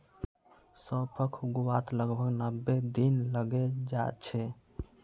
सौंफक उगवात लगभग नब्बे दिन लगे जाच्छे